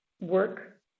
work